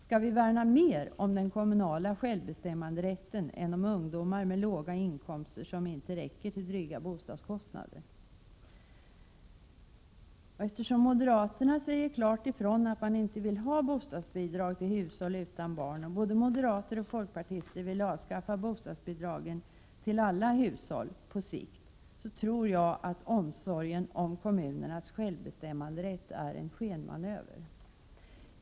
Skall vi värna mer om den kommunala självbestämmanderätten än om de ungdomar som har inkomster som är så låga att de inte kan täcka dryga bostadskostnader? Eftersom moderaterna säger klart ifrån att de inte vill ha bostadsbidrag till hushåll utan barn och eftersom både moderater och folkpartister på sikt vill avskaffa bostadsbidragen till alla hushåll, tror jag att deras omsorg om kommunernas självbestämmanderätt är en skenmanöver.